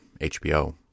HBO